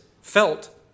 felt